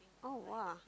oh !wah!